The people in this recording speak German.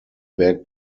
berg